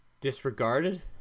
disregarded